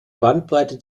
bandbreite